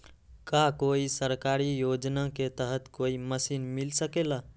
का कोई सरकारी योजना के तहत कोई मशीन मिल सकेला?